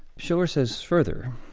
schiller says further,